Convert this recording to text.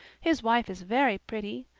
his wife is very pretty.